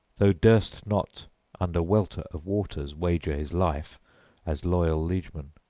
though, durst not under welter of waters wager his life as loyal liegeman.